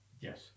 Yes